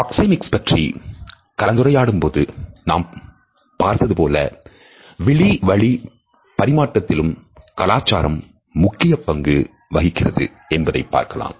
proxemics பற்றி கலந்துரையாடும் போது நாம் பார்த்தது போல விழி வழி பரிமாற்றத்திலும் கலாச்சாரம் முக்கிய பங்கு வகிக்கிறது என்பதை பார்க்கலாம்